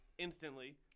Instantly